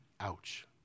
ouch